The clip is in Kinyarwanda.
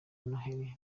noheli